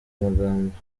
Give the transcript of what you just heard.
magambo